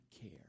care